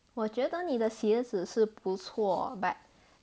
我觉得你的鞋子是不错 but